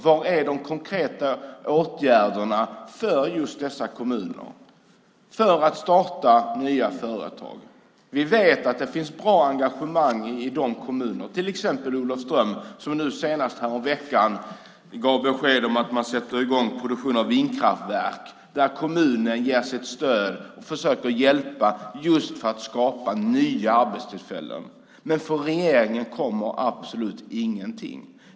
Var är de konkreta åtgärderna för just dessa kommuner så att de kan starta nya företag? Vi vet att det finns bra engagemang i de här kommunerna, till exempel Olofström som senast häromveckan gav besked om att man sätter i gång produktion av vindkraftverk. Där ger kommunen sitt stöd och försöker att hjälpa till just för att skapa nya arbetstillfällen. Men från regeringen kommer absolut ingenting.